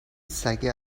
سگه